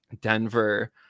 denver